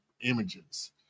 images